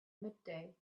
midday